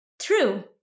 true